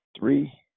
Three